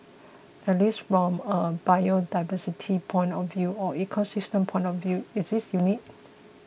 at least from a biodiversity point of view or ecosystem point of view is it unique